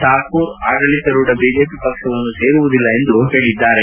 ಠಾಕೂರ್ ಆಡಳಿತಾರೂಢ ಬಿಜೆಪಿ ಪಕ್ಷವನ್ನು ಸೇರುವುದಿಲ್ಲ ಎಂದು ಹೇಳಿದ್ದಾರೆ